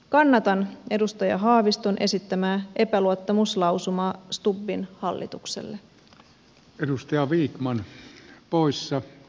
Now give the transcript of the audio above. kannatan edustaja haaviston esittämää epäluottamuslausumaa stubbin hallitukselle